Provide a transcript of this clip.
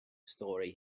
story